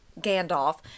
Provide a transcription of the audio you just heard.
gandalf